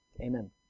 Amen